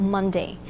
Monday